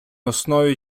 основі